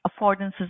affordances